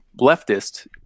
leftist